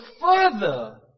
further